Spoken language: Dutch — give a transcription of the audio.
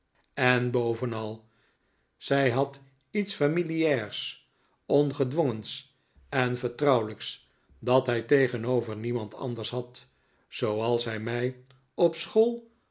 en bovenal zij had iets familiaars ongedwongens en vertrouwelijks dat hij tegenover niemand anders had zooals hij mij op school